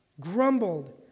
grumbled